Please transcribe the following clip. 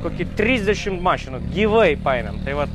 kokį trisdešim mašinų gyvai paėmėm tai vat